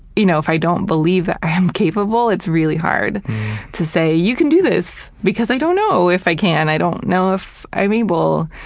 you know, if i don't believe that i'm capable, it's really hard to say, you can do this! because i don't know if i can, and i don't know if i'm able.